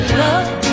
love